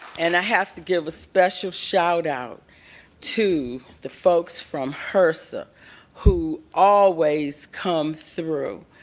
and i have to give a special shout out to the folks from hrsa who always come through,